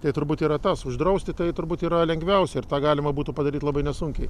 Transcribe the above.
tai turbūt yra tas uždrausti tai turbūt yra lengviausia ir tą galima būtų padaryt labai nesunkiai